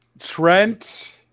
Trent